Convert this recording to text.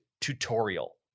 tutorial